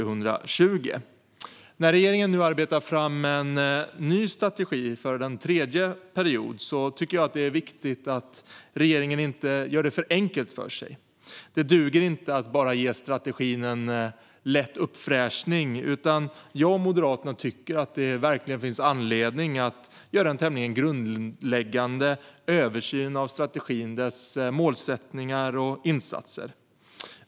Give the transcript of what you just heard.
Alkohol-, narkotika-, dopnings och tobaks-frågor När regeringen nu arbetar fram en ny strategi för en tredje period tycker jag att det är viktigt att regeringen inte gör det för enkelt för sig. Det duger inte att bara ge strategin en lätt uppfräschning, utan jag och Moderaterna tycker att det finns anledning att göra en tämligen grundläggande översyn av strategin, dess målsättningar och insatser.